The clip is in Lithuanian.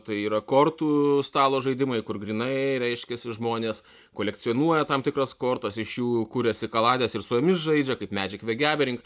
tai yra kortų stalo žaidimai kur grynai reiškiasi žmonės kolekcionuoja tam tikras kortas iš jų kuriasi kalades ir su jomis žaidžia kaip magic the gathering